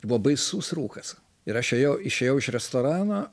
buvo baisus rūkas ir aš jo išėjau iš restorano